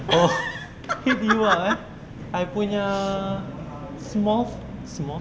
oh eh I punya s'mores